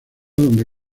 donde